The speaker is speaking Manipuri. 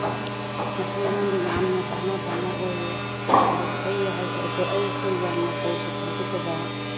ꯃꯁꯦ ꯑꯩꯉꯣꯟꯗ ꯌꯥꯝꯅ ꯀꯥꯟꯅꯕ ꯑꯃ ꯑꯣꯏꯔꯦ ꯍꯥꯏꯕꯗꯤ ꯑꯩ ꯑꯩꯁꯦ ꯌꯥꯝꯅ ꯀꯔꯤꯁꯨ ꯈꯪꯖꯗꯕ